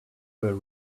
were